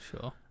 sure